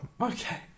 Okay